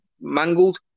mangled